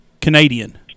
Canadian